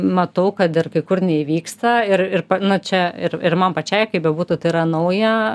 matau kad ir kai kur neįvyksta ir ir nu čia ir ir man pačiai kaip bebūtų tai yra nauja